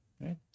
right